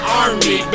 army